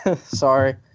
Sorry